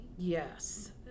Yes